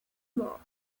mark